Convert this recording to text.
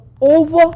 over